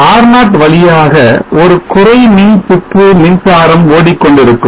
R0 வழியாக ஒரு குறை மின் சுற்று மின்சாரம் ஓடிக்கொண்டிருக்கும்